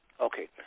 okay